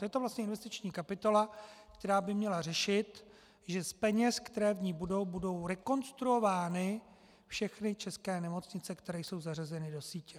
Je to vlastně investiční kapitola, která by měla řešit, že z peněz, které v ní budou, budou rekonstruovány všechny české nemocnice, které jsou zařazeny do sítě.